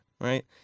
right